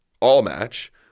all-match